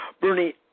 Bernie